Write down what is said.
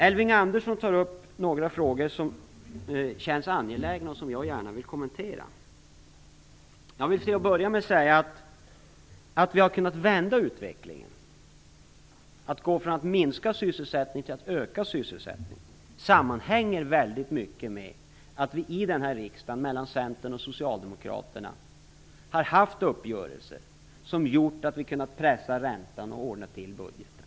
Elving Andersson tog upp några frågor som känns angelägna och som jag gärna vill kommentera. Jag vill till att börja med säga att detta att vi har kunnat vända utvecklingen, kunnat gå från att minska sysselsättningen till att öka sysselsättningen, sammanhänger väldigt mycket med att Centern och Socialdemokraterna här i riksdagen har träffat uppgörelser som har gjort att vi har kunnat pressa räntan och ordna till budgeten.